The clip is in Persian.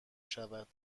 شود